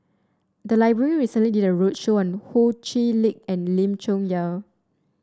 the library recently did a roadshow on Ho Chee Lick and Lim Chong Yah